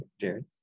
jared